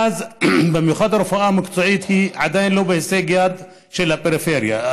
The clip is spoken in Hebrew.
במיוחד הרפואה המקצועית עדיין לא בהישג יד של הפריפריה,